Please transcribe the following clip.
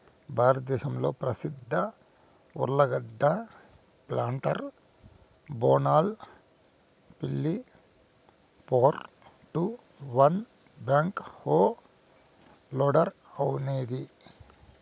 భారతదేశంలో ప్రసిద్ధ ఉర్లగడ్డ ప్లాంటర్ బోనాల్ పిల్లి four two one backhoe loader అనేది